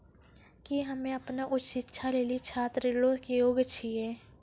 कि हम्मे अपनो उच्च शिक्षा लेली छात्र ऋणो के योग्य छियै?